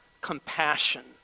compassion